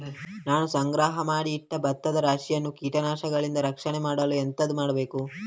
ನಾನು ಸಂಗ್ರಹ ಮಾಡಿ ಇಟ್ಟ ಭತ್ತದ ರಾಶಿಯನ್ನು ಕೀಟಗಳಿಂದ ರಕ್ಷಣೆ ಮಾಡಲು ಎಂತದು ಮಾಡಬೇಕು?